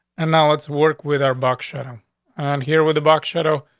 and now let's work with our buck shadow and here with the box shadow,